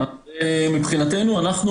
ארצה לקבל תשובה.